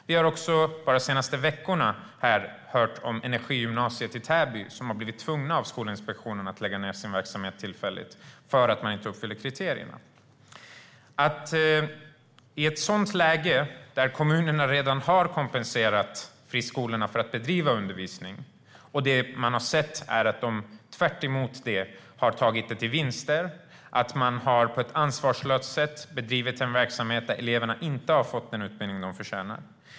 Vi har också bara de senaste veckorna hört om Energigymnasiet i Täby, som av Skolinspektionen tvingats lägga ned sin verksamhet tillfälligt för att man inte uppfyller kriterierna. Vi har nu ett läge där kommunerna redan har kompenserat friskolorna för att bedriva undervisning, och det man har sett är att de, tvärtemot det, har tagit ut vinster och på ett ansvarslöst sätt bedrivit en verksamhet där eleverna inte har fått den utbildning de har förtjänat.